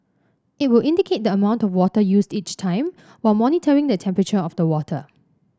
it will indicate the amount of water used each time while monitoring the temperature of the water